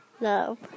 No